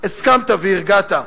הסכמת והרגעת.